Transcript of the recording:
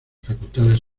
facultades